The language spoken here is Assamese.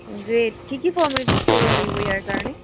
গ্ৰে'ট কি কি ফৰ্মেলিটিজ কৰিব লাগিব ইয়াৰ কাৰণে